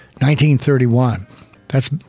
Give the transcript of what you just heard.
1931—that's